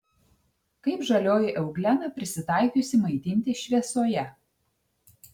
kaip žalioji euglena prisitaikiusi maitintis šviesoje